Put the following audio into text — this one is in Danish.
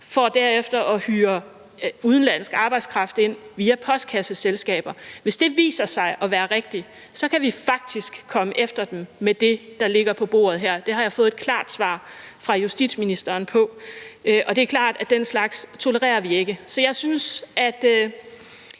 for derefter at hyre udenlandsk arbejdskraft ind via postkasseselskaber. Hvis det viser sig at være rigtigt, kan vi faktisk komme efter dem med det, der ligger på bordet her. Det har jeg fået et klart svar fra justitsministeren på, og det er klart, at den slags tolererer vi ikke. Så jeg synes